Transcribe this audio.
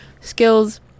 skills